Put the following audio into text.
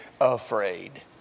afraid